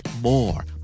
more